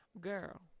girl